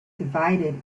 divided